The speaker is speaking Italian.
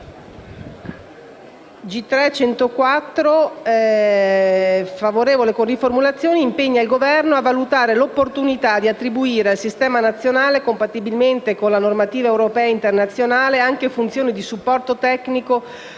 con la seguente riformulazione: «impegna il Governo a valutare l'opportunità di attribuire, al sistema nazionale, compatibilmente con la normativa europea e internazionale, anche funzioni di supporto tecnico allo